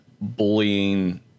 bullying